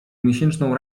miesięczną